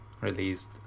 released